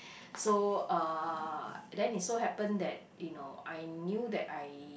so uh then it so happen that you know I knew that I